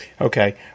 Okay